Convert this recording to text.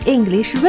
English